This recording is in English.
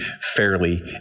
fairly